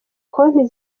konti